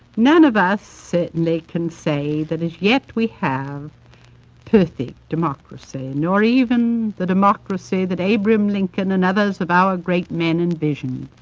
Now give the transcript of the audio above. none of us certainly can say that as yet we have perfect democracy, nor even the democracy that abraham lincoln and others of our great men envisioned.